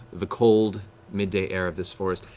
the cold midday air of this forest,